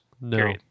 No